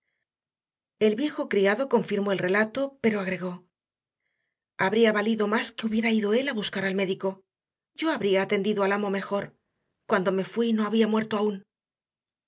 el viejo criado confirmó el relato pero agregó habría valido más que hubiera ido él a buscar al médico yo habría atendido al amo mejor cuando me fui no había muerto aún